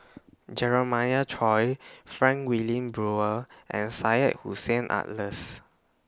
Jeremiah Choy Frank Wilmin Brewer and Syed Hussein Alatas